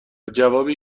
جوابی